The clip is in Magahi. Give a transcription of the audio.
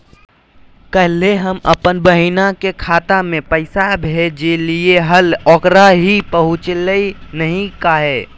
कल्हे हम अपन बहिन के खाता में पैसा भेजलिए हल, ओकरा ही पहुँचलई नई काहे?